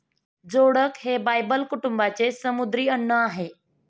जोडक हे बायबल कुटुंबाचे समुद्री अन्न आहे